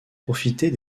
profiter